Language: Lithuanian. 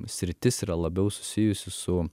sritis yra labiau susijusi su